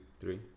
three